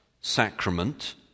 sacrament